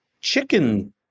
chicken